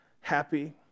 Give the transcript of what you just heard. happy